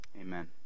Amen